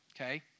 Okay